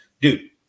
dude